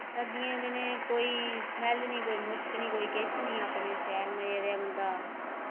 सर्दियें दिनैं कोई स्मैल्ल नेईं कोई मुश्क नेईं कोई किश नेईं अपने शैल मजे दे बंदा